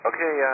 Okay